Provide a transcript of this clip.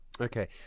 Okay